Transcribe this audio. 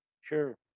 Sure